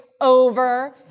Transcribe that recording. over